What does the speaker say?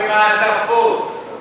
במעטפות.